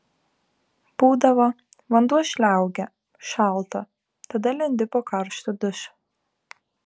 būdavo vanduo žliaugia šalta tada lendi po karštu dušu